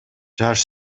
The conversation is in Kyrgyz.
жаш